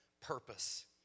purpose